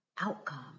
outcome